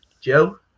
Joe